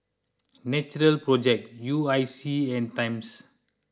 Natural Project U I C and Times